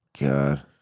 God